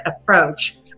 approach